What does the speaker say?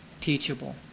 teachable